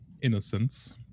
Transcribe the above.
innocence